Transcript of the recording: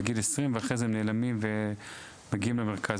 גיל 20 ואחרי זה נעלמים ומגיעים למרכז,